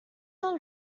all